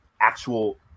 actual